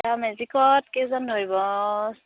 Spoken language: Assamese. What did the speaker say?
এতিয়া মেজিকত কেইজন ধৰিব